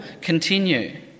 continue